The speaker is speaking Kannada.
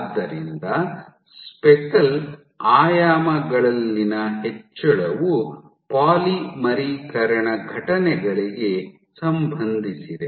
ಆದ್ದರಿಂದ ಸ್ಪೆಕಲ್ ಆಯಾಮಗಳಲ್ಲಿನ ಹೆಚ್ಚಳವು ಪಾಲಿಮರೀಕರಣ ಘಟನೆಗಳಿಗೆ ಸಂಬಂಧಿಸಿದೆ